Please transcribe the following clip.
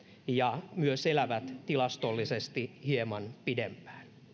ja myös elävät tilastollisesti hieman pidempään